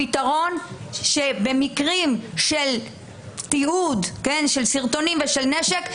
הפתרון הוא שבמקרים של תיעוד של סרטונים ושל נשק,